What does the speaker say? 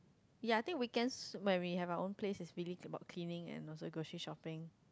ya I think weekend might be have our own place is really about cleaning and also gossip shopping